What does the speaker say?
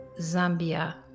Zambia